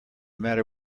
matter